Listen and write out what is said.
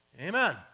Amen